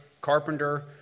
carpenter